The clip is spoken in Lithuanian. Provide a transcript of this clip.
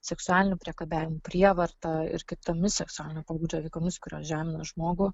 seksualiniu priekabiavimu prievarta ir kitomis seksualinio pobūdžio veikomis kurios žemina žmogų